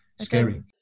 scary